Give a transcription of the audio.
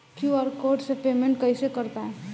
QR code से payment कईसे कर पाएम?